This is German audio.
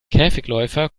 käfigläufer